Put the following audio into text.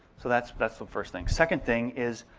so that's but that's the first thing. second thing is,